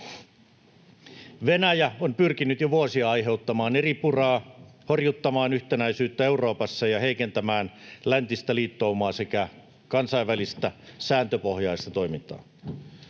Venäjä on pyrkinyt jo vuosia aiheuttamaan eripuraa, horjuttamaan yhtenäisyyttä Euroopassa ja heikentämään läntistä liittoumaa sekä kansainvälistä, sääntöpohjaista toimintaa.